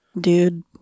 Dude